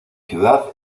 ciudad